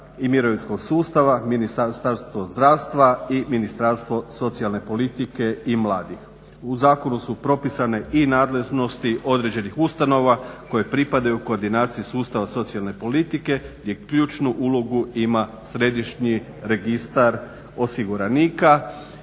i mirovinskog sustava, Ministarstvo zdravstva i Ministarstvo socijalne politike i mladih. U zakonu su propisane i nadležnosti određenih ustanova koje pripadaju koordinaciji sustava socijalne politike gdje ključnu ulogu ima središnji registar osiguranika.